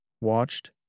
watched